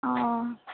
অ